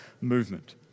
movement